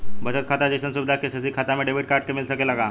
बचत खाता जइसन सुविधा के.सी.सी खाता में डेबिट कार्ड के मिल सकेला का?